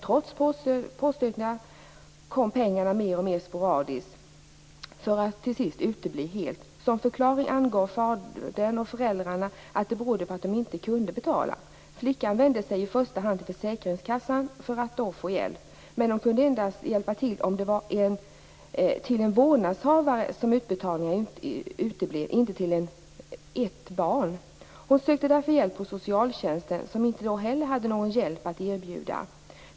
Trots påstötningar kom pengarna mer och mer sporadiskt för att till sist utebli helt. Som förklaring angav föräldrarna att det berodde på att de inte kunde betala. Flickan vände sig i första hand till försäkringskassan för att få hjälp. Men där kunde man endast hjälpa till om det var till en vårdnadshavare som utbetalningarna uteblev, inte till ett barn. Hon sökte därför hjälp hos socialtjänsten som inte heller hade någon hjälp ett erbjuda.